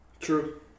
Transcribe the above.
True